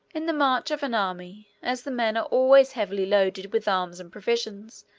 in the march of an army, as the men are always heavily loaded with arms and provisions,